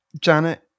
Janet